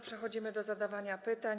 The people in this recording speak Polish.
Przechodzimy do zadawania pytań.